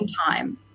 time